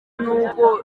nuko